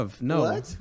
No